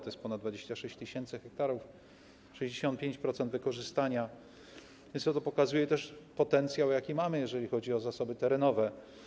To jest ponad 26 tys. ha, 65% wykorzystania, więc to pokazuje potencjał, jaki mamy, jeżeli chodzi o zasoby terenowe.